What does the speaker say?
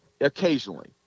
occasionally